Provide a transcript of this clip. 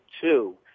two